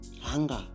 hunger